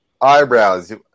eyebrows